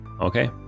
okay